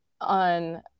on